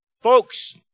Folks